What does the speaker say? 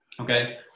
okay